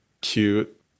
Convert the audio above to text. cute